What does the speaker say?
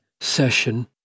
session